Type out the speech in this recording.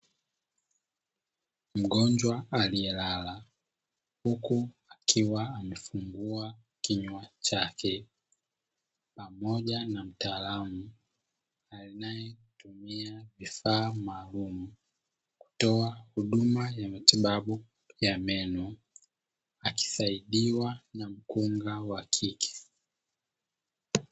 Mgonjwa aliyelala huku akiwa amefungua kinywa chake, pamoja na mtaalamu anayetumia vifaa maalumu kutoa huduma ya matibabu ya meno akisaidiwa na mkunga wakike.